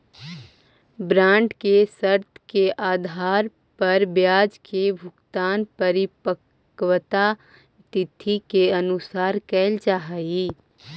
bond के शर्त के आधार पर ब्याज के भुगतान परिपक्वता तिथि के अनुसार कैल जा हइ